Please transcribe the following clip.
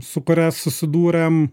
su kuria susidūrėm